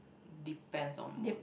depends on mood